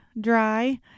dry